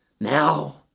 now